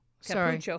Sorry